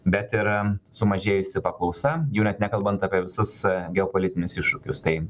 bet ir sumažėjusi paklausa jau net nekalbant apie visus geopolitinius iššūkius tai